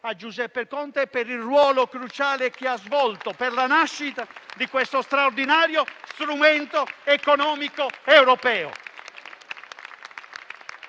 a Giuseppe Conte per il ruolo cruciale che ha svolto per la nascita di questo straordinario strumento economico europeo.